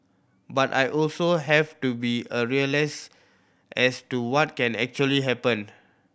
but I also have to be a realist as to what can actually happened